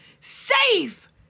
safe